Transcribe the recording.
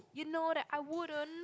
you know that I wouldn't